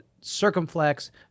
circumflex